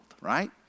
right